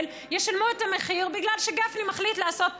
ישלמו את המחיר בגלל שגפני מחליט לעשות פוליטיקה,